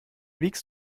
wiegst